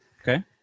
Okay